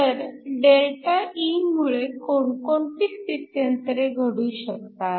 तर ΔE मुळे कोणकोणती स्थित्यंतरे घडू शकतात